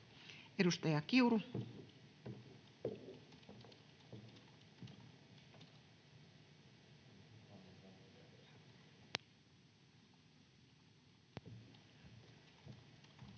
Edustaja Kiuru, Krista.